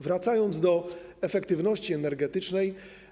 Wracam do efektywności energetycznej.